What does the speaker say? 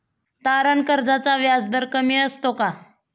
तारण कर्जाचा व्याजदर कमी असतो का?